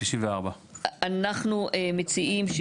94. אנחנו מציעים,